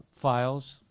files